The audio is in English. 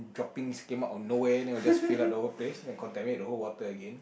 droppings came out of nowhere then will just fill up the whole place and contaminate the whole water again